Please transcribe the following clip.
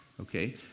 Okay